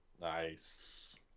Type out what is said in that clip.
Nice